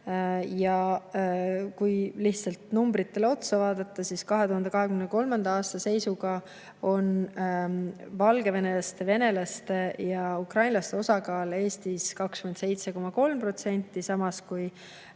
Kui lihtsalt numbritele otsa vaadata, siis 2023. aasta seisuga oli valgevenelaste, venelaste ja ukrainlaste osakaal Eestis 27,3%, samas kui